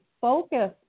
focus